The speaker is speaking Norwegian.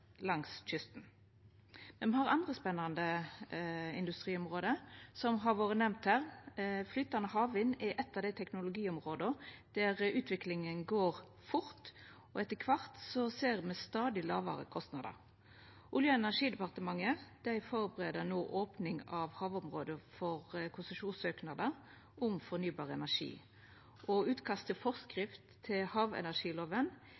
langs kysten. Men me har andre spennande industriområde som har vore nemnde her. Flytande havvind er eit av dei teknologiområda der utviklinga går fort, og etter kvart ser me stadig lågare kostnader. Olje- og energidepartementet førebur no opning av havområde for konsesjonssøknader om fornybar energi, og utkast